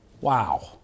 Wow